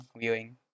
viewing